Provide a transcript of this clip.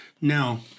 Now